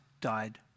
died